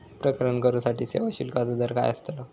प्रकरण करूसाठी सेवा शुल्काचो दर काय अस्तलो?